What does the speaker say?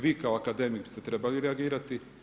Vi kao akademik ste trebali reagirati.